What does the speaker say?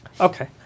Okay